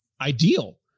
ideal